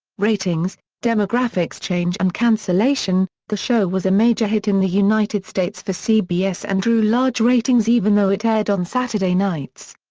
ratings demographics change and cancellation the show was a major hit in the united states for cbs and drew large ratings even though it aired on saturday nights.